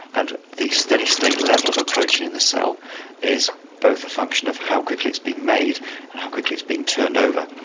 and the steady state level of a protein in the cell is both a function of how quickly it's being made and how quickly it's being turned over.